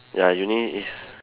ya uni is